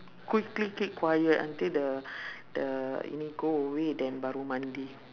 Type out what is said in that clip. quickly keep quiet until the the ini go away then baru mandi